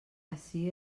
ací